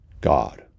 God